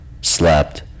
Slept